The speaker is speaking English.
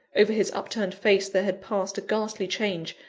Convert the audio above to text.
over his upturned face there had passed a ghastly change,